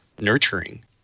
nurturing